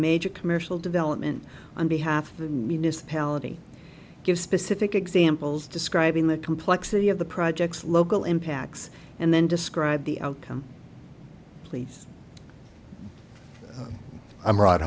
major commercial development on behalf of the palette i give specific examples describing the complexity of the project's local impacts and then describe the outcome please i'm rod